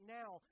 now